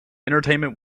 entertainment